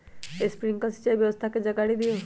Sprinkler सिंचाई व्यवस्था के जाकारी दिऔ?